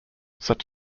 such